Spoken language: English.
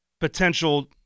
potential